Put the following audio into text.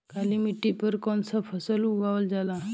काली मिट्टी पर कौन सा फ़सल उगावल जाला?